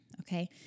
okay